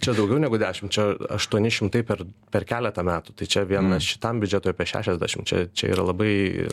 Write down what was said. čia daugiau negu dešim čia aštuoni šimtai per per keletą metų tai čia vien šitam biudžetui apie šešiasdešim čia čia yra labai